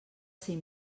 ser